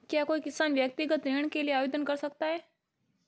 क्या कोई किसान व्यक्तिगत ऋण के लिए आवेदन कर सकता है?